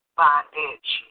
bondage